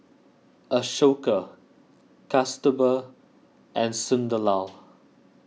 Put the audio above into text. Ashoka Kasturba and Sunderlal